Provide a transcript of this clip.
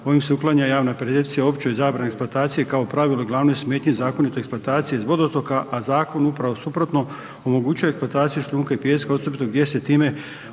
ovim se uklanja javna percepcija o općoj zabrani eksploatacije kao pravilo glavnoj smetnji zakonite eksploatacije iz vodotoka, a zakon upravo suprotno omogućuje eksploataciju šljunka i pijeska, osobito gdje se time